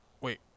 Wait